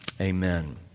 Amen